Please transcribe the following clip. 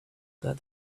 that